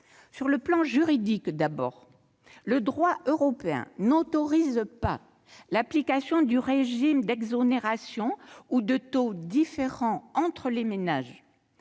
Sur le plan juridique d'abord, le droit européen n'autorise pas l'application de régimes d'exonération ou de taux différents entre les ménages.